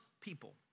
people